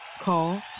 Call